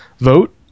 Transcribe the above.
vote